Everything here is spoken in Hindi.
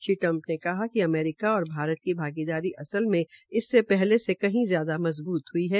श्री ट्रंप ने कहा कि अमेरिका और भारत की भागीदारी असल में इससे पहले ये कहीं ज्यादा मजबूत हई है